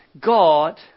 God